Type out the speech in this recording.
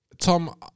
Tom